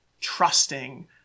trusting